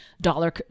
dollar